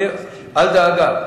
אל דאגה.